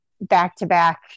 back-to-back